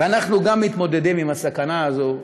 וגם אנחנו מתמודדים עם הסכנה הזאת,